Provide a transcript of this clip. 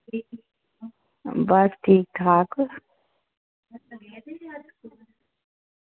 बस ठीक ठाक